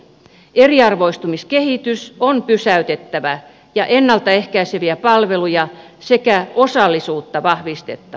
eriarvoistumiskehitys on pysäytettävä ja ennalta ehkäiseviä palveluja sekä osallisuutta vahvistettava